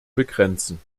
begrenzen